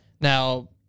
Now